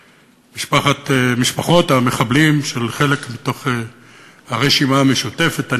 משפחות המחבלים של חלק מתוך הרשימה המשותפת.